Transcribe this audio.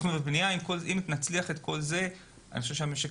אם נצליח את כל זה אני חושב שהמשק